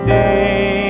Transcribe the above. day